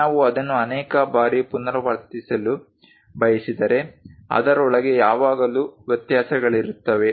ನಾವು ಅದನ್ನು ಅನೇಕ ಬಾರಿ ಪುನರಾವರ್ತಿಸಲು ಬಯಸಿದರೆ ಅದರೊಳಗೆ ಯಾವಾಗಲೂ ವ್ಯತ್ಯಾಸಗಳಿರುತ್ತವೆ